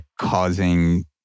causing